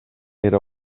era